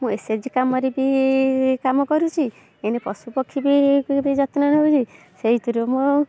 ମୁଁ S A G କାମରେ ବି କାମ କରୁଛି ଏଇନେ ପଶୁ ପକ୍ଷୀକୁ ବି ଯତ୍ନ ନେଉଛି ସେଇଥିରୁ ମୁଁ